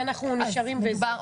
אנחנו נשארים בזה.